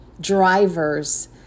drivers